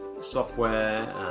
software